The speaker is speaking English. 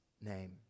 name